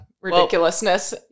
ridiculousness